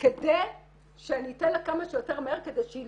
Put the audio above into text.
כדי שאני אתן לה כמה שיותר מהר כדי שהיא